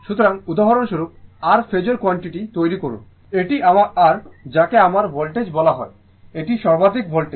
সুতরাং উদাহরণস্বরূপ r ফেজোর কোয়ান্টিটি তৈরি করুন এটি আমার r যাকে আমার ভোল্টেজ বলা হয় এটি সর্বাধিক ভোল্টেজ